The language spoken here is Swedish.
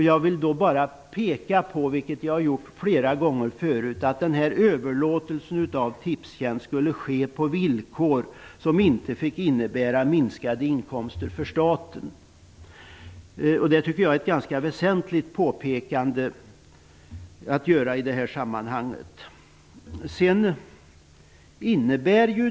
Jag vill då bara peka på, vilket jag har gjort flera gånger tidigare, att överlåtelsen av Tipstjänst skulle ske på villkor som inte fick innebära minskade inkomster för staten. Jag tycker att det är ett ganska väsentligt påpekande i det här sammanhanget.